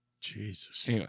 Jesus